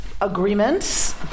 agreements